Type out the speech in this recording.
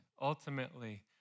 ultimately